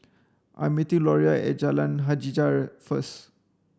I meeting Loria at Jalan Hajijah first